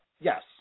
Yes